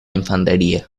infantería